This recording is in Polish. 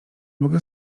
mogę